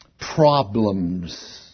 problems